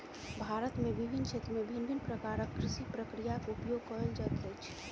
भारत में विभिन्न क्षेत्र में भिन्न भिन्न प्रकारक कृषि प्रक्रियाक उपयोग कएल जाइत अछि